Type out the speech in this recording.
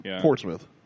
Portsmouth